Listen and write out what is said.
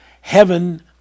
Heaven